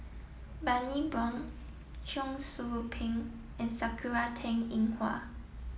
Bani Buang Cheong Soo Pieng and Sakura Teng Ying Hua